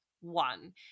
one